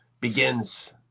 begins